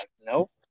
nope